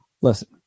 Listen